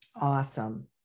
Awesome